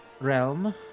realm